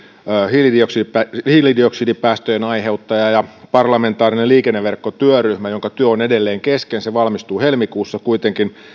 hiilidioksidipäästöjen hiilidioksidipäästöjen aiheuttaja ja parlamentaarinen liikenneverkkotyöryhmä jonka työ on edelleen kesken se valmistuu helmikuussa kuitenkin